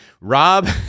Rob